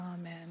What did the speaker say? Amen